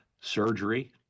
surgery